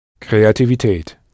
Kreativität